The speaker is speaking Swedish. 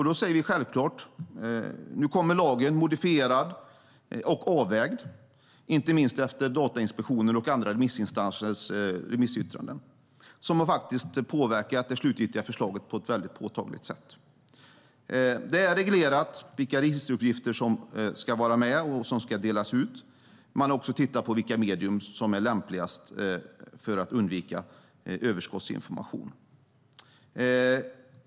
Då säger vi självklart att det nu kommer en modifierad och avvägd lag, inte minst efter Datainspektionens och andra remissinstansers yttranden som faktiskt har påverkat det slutgiltiga förslaget på ett mycket påtagligt sätt. Det är reglerat vilka registeruppgifter som ska vara med och som ska lämnas ut. Man har också tittat på vilka medium som är lämpligast för att undvika överskottsinformation.